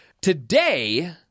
today